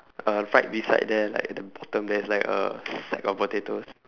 uh right beside there like at the bottom there's like a sack of potatoes